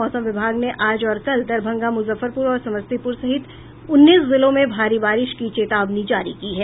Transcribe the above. मौसम विभाग ने आज और कल दरभंगा मुजफ्फरपुर और समस्तीपुर सहित उन्नीस जिलों में भारी बारिश की चेतावनी जारी की है